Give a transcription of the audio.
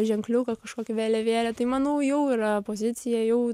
ženkliuką kažkokį vėliavėlę tai manau jau yra pozicija jau